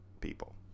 people